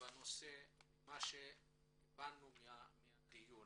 בנושא ממה שהבנו מהדיון: